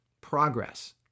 progress